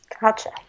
Gotcha